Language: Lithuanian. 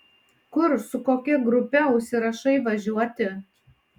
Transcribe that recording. kur su kokia grupe užsirašai važiuoti